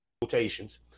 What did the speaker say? quotations